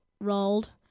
rolled